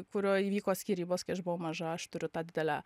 kurioj įvyko skyrybos kai aš buvau maža aš turiu tą didelę